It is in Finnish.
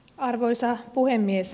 arvoisa puhemies